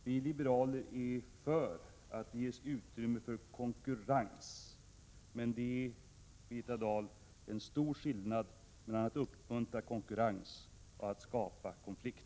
Vi liberaler är för att det ges utrymme för konkurrens, men det är, Birgitta Dahl, en stor skillnad mellan att uppmuntra konkurrens och att skapa konflikt.